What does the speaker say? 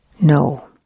No